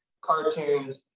cartoons